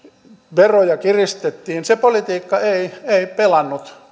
veroja kiristettiin se politiikka ei ei pelannut